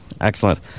Excellent